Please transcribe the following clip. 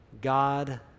God